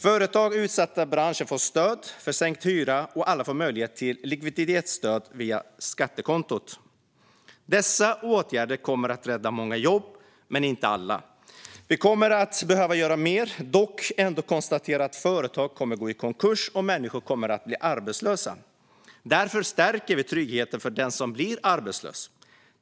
Företag i utsatta branscher får stöd för sänkt hyra, och alla får möjlighet till likviditetsstöd via skattekontot. Dessa åtgärder kommer att rädda många jobb, men inte alla. Vi kommer att behöva göra mer, men vi kan konstatera att företag ändå kommer att gå i konkurs och att människor kommer att bli arbetslösa. Därför stärker vi tryggheten för den som blir arbetslös.